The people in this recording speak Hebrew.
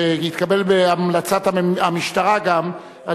שהתקבל בהמלצת המשטרה גם,